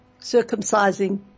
circumcising